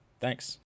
Thanks